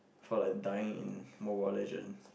for like dying in Mobile-Legend